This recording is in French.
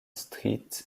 street